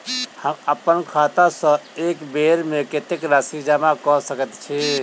हम अप्पन खाता सँ एक बेर मे कत्तेक राशि जमा कऽ सकैत छी?